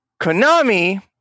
Konami